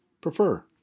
prefer